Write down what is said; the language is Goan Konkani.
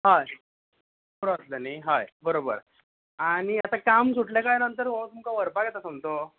हय पुरो जातले न्ही हय बरोबर आनी आतां काम सुटले काय नंतर तुमकां व्हरपाक येता सोमतो